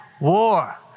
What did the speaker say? war